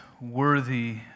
worthy